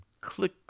click